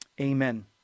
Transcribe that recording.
amen